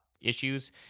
issues